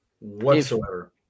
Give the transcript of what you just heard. whatsoever